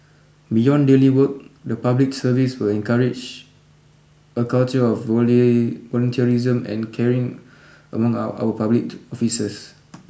beyond daily work the public service will encourage a culture of volunteerism and caring among our our public officers